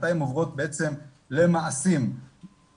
מתי הן עוברות למעשים פליליים,